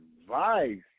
advice